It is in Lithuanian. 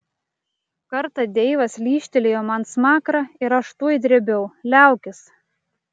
kartą deivas lyžtelėjo man smakrą ir aš tuoj drėbiau liaukis